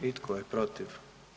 I tko je protiv?